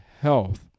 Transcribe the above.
health